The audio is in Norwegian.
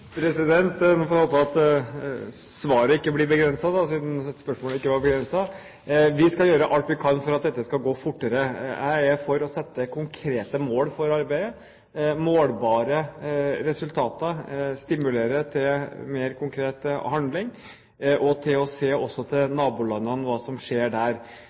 fortere? Vi får håpe at svaret ikke blir begrenset, siden spørsmålet ikke var det. Vi skal gjøre alt vi kan for at dette skal gå fortere. Jeg er for å sette konkrete mål for arbeidet. Målbare resultater stimulerer til mer konkret handling. Ved å se til nabolandene og hva som skjer der,